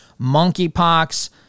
monkeypox